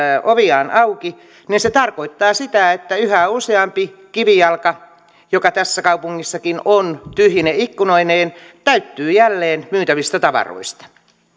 oviaan auki se tarkoittaa sitä että yhä useampi kivijalka joka tässä kaupungissakin on tyhjine ikkunoineen täyttyy jälleen myytävistä tavaroista